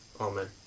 Amen